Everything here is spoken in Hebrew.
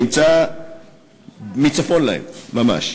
נמצא מצפון להם ממש.